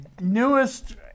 newest